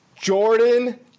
Jordan